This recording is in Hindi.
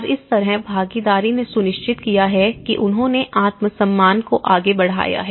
और इस तरह भागीदारी ने सुनिश्चित किया है कि उन्होंने आत्मसम्मान को आगे बढ़ाया है